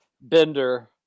bender